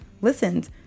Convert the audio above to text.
listened